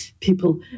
people